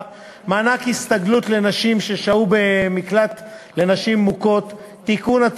(מענק הסתגלות לנשים ששהו במקלט לנשים מוכות) (תיקון),